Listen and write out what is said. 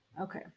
Okay